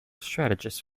strategist